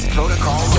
Protocol